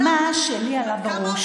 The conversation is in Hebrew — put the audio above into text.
ואני רוצה לדבר על מה שלי עלה בראש.